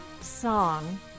song